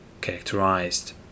characterized